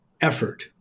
effort